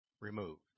removed